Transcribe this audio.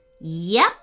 Yep